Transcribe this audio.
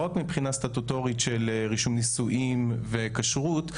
לא רק מבחינה סטטוטורית של רישום נישואים וכשרות,